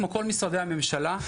כמו כל משרדי הממשלה,